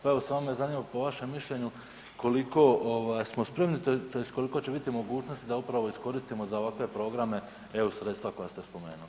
Pa evo, samo me zanima po vašem mišljenju koliko smo spremni, tj. koliko će biti mogućnosti da upravo iskoristimo za ovakve programe EU sredstva koja ste spomenuli.